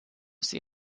sie